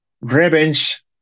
revenge